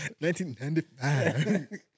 1995